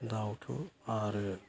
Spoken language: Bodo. दाउथु आरो